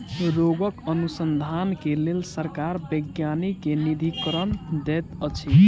रोगक अनुसन्धान के लेल सरकार वैज्ञानिक के निधिकरण दैत अछि